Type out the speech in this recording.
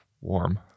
Warm